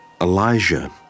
Elijah